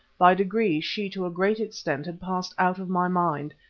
by degrees she to a great extent had passed out of my mind,